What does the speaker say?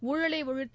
ஊழலை ஒழித்து